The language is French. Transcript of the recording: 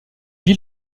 vit